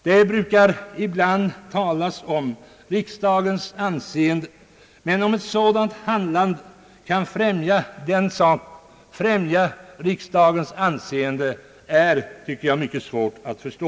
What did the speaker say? Det talas ibland om riksdagens anseende, men att ett sådant handlande kan främja riksdagens anseende är, tycker jag, mycket svårt att förstå.